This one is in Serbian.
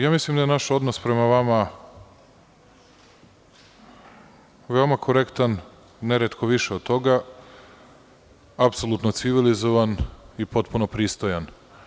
Ja mislim da je naš odnos prema vama veoma korektan, neretko više od toga, apsolutno civilizovan i potpuno pristojan.